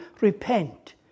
repent